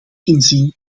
inzien